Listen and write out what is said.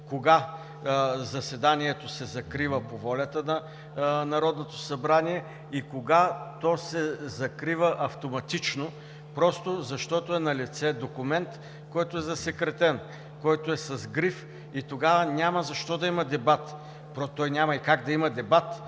кога заседанието се закрива по волята на Народното събрание и кога то се закрива автоматично, просто защото е налице засекретен документ, който е с гриф, и тогава няма защо да има дебат. То няма и как да има дебат,